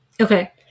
Okay